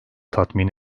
tatmin